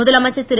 முதலமைச்சர் திரு